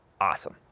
awesome